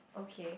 okay